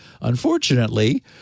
Unfortunately